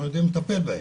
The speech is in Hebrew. אנחנו יודעים לטפל בהם.